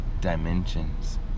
dimensions